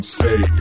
say